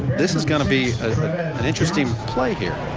this is going be an interesting play here.